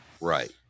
Right